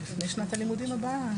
לפני שנת הלימודים הבאה.